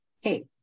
hey